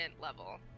level